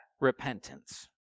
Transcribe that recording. repentance